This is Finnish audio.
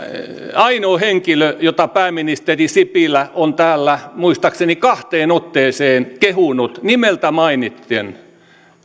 ainoa henkilö jota pääministeri sipilä on täällä muistaakseni kahteen otteeseen kehunut nimeltä mainiten